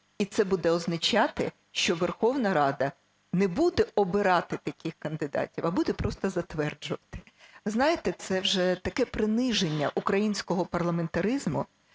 і це буде означати, що Верховна Рада не буде обирати таких кандидатів, а буде просто затверджувати. Ви знаєте, це вже таке приниження українського парламентаризму,